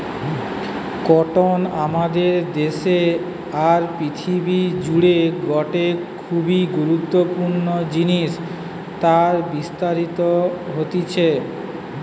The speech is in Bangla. কটন আমাদের দেশে আর পৃথিবী জুড়ে গটে খুবই গুরুত্বপূর্ণ জিনিস আর বিস্তারিত হতিছে